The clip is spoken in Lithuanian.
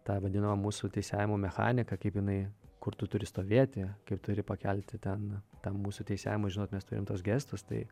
tą vadinama mūsų teisėjavimo mechanika kaip jinai kur tu turi stovėti kaip turi pakelti ten tą mūsų teisėjavimą žinot mes turim tuos gestus tai